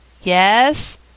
Yes